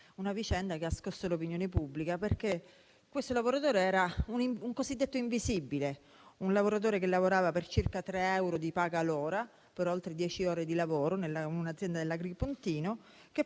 una vicenda che ha scosso l'opinione pubblica perché questo lavoratore era un cosiddetto invisibile, un lavoratore che lavorava per circa 3 euro di paga l'ora per oltre dieci ore di lavoro in un'azienda dell'Agro Pontino,